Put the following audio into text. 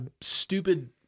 stupid